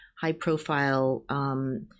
high-profile